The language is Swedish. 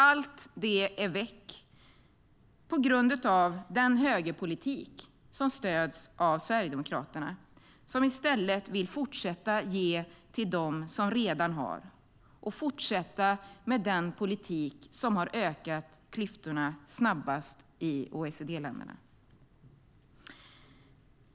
Allt det är väck på grund av den högerpolitik som stöds av Sverigedemokraterna, som i stället vill fortsätta att ge till dem som redan har och fortsätta med den politik som har ökat klyftorna snabbast i OECD-länderna.